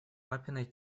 папиной